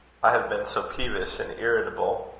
i have been so peevish and irritable.